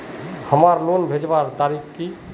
हमार लोन भेजुआ तारीख की?